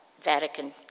Vatican